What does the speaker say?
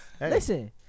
Listen